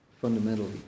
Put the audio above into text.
fundamentally